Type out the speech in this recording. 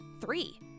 Three